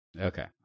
Okay